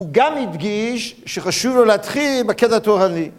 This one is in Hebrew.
הוא גם הדגיש שחשוב לו להתחיל בקטע תורני.